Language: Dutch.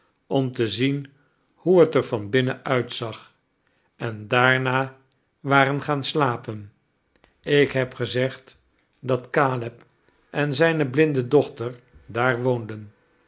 om te zien hoe t er van binnen uitzag en daarna waren gaan slapen ik heb gezegd dat caleb en zijne bmnde dochter daar woonden